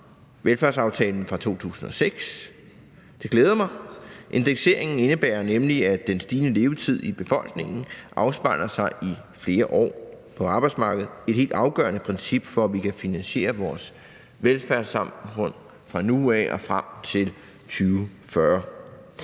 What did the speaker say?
velfærdsaftalen fra 2006. Det glæder mig. Indekseringen indebærer nemlig, at den stigende levetid i befolkningen afspejler sig i flere år på arbejdsmarkedet. Det er et helt afgørende princip, for at vi kan finansiere vores velfærdssamfund fra nu af og frem til 2040.